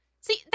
See